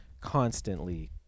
constantly